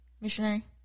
Missionary